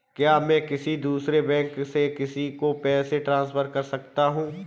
क्या मैं किसी दूसरे बैंक से किसी को पैसे ट्रांसफर कर सकता हूँ?